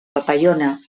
papallona